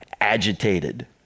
agitated